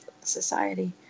society